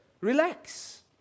Relax